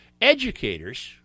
educators—